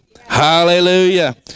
Hallelujah